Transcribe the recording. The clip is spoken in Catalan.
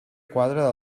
quadra